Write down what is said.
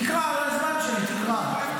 תקרא, על הזמן שלי, תקרא.